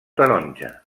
taronja